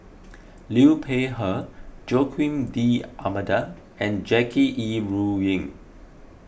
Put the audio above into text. Liu Peihe Joaquim D'Almeida and Jackie Yi Ru Ying